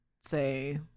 say